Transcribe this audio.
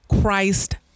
Christ